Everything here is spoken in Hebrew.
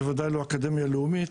בוודאי לא אקדמיה לאומית.